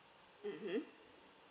mmhmm